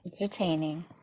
Entertaining